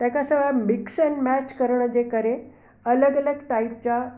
तंहिंखां सवाइ mix and match करण जे करे अलॻि अलॻि टाइप जा